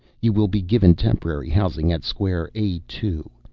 you will be given temporary housing at square a two.